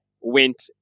went